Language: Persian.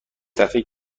صفحه